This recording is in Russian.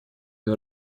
для